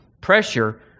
pressure